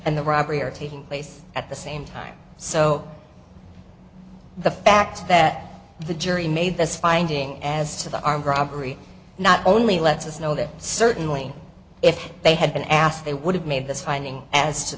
and the robbery are taking place at the same time so the fact that the jury made this finding as to the armed robbery not only lets us know that certainly if they had been asked they would have made this finding as to